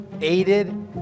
aided